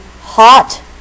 hot